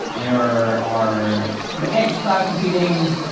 they were our the edge cloud computing,